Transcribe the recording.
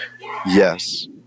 Yes